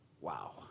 Wow